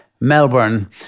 Melbourne